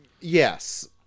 Yes